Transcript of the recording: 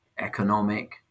economic